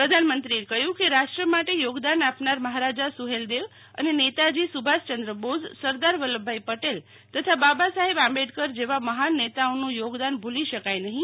પ્રધાનમંત્રીએ કહ્યું કે રાષ્ટ્ર માટે યોગદાન આપનાર મહારાજા સુહેલદેવ અને નેતાજી સુભાષચંદ્ર બોઝ સરદાર વલ્લભભાઈ પટેલ તથા બાબાસાહેબ આંબેડકર જેવા મહાન નેતાઓનું યોગદાન ભૂલી શકાય નહીં